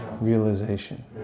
realization